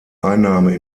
einnahme